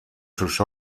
sus